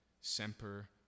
semper